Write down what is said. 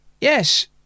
Yes